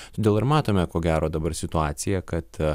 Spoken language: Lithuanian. todėl ir matome ko gero dabar situaciją kad